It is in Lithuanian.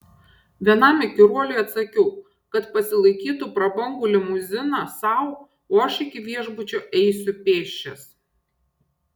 vienam įkyruoliui atsakiau kad pasilaikytų prabangų limuziną sau o aš iki viešbučio eisiu pėsčias